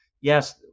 yes